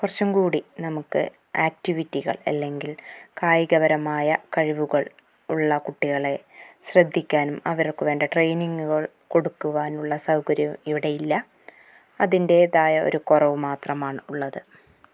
കുറച്ചുംകൂടി നമുക്ക് ആക്റ്റിവിറ്റികള് അല്ലെങ്കില് കായികപരമായ കഴിവുകള് ഉള്ള കുട്ടികളെ ശ്രദ്ധിക്കാനും അവര്ക്ക് വേണ്ട ട്രയിനിങ്ങുകള് കൊടുക്കുവാനുള്ള സൗകര്യം ഇവിടെ ഇല്ല അതിൻ്റെതായ ഒരു കുറവുമാത്രമാണ് ഉള്ളത്